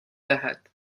دهد